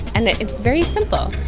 and it is very simple